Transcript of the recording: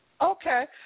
Okay